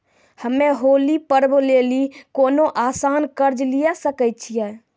हम्मय होली पर्व लेली कोनो आसान कर्ज लिये सकय छियै?